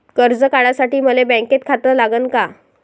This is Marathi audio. कर्ज काढासाठी मले बँकेत खातं लागन का?